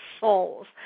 souls